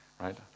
Right